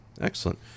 excellent